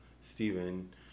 Stephen